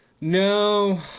No